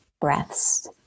breaths